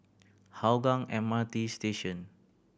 Hougang M R T Station